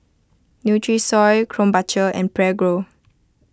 Nutrisoy Krombacher and Prego